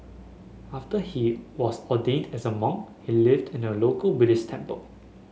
after he was ordained as a monk he lived in a local Buddhist temple